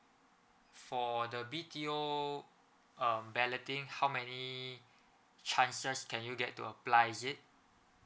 for the B_T_O um balloting how many chances can you get to apply is it